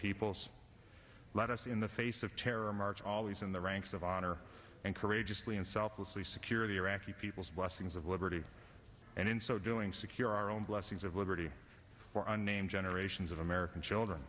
peoples let us in the face of terror march always in the ranks of honor and courageously and selflessly secure the iraqi people's blessings of liberty and in so doing secure our own blessings of liberty for a name generations of american children